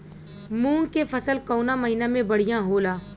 मुँग के फसल कउना महिना में बढ़ियां होला?